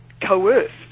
coerced